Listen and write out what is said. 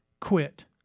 quit